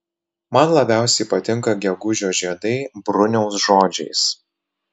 man labiausiai patinka gegužio žiedai bruniaus žodžiais